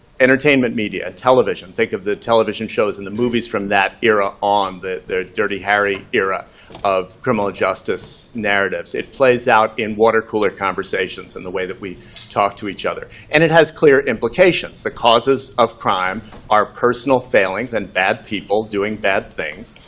entertainment media, television. think of the television shows and the movies from that era on the the dirty harry era of criminal justice narratives. it plays out in cooler conversations and the way that we talk to each other. and it has clear implications. the causes of crime are personal failings and bad people doing bad things.